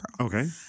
Okay